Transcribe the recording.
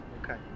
Okay